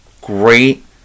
great